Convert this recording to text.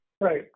Right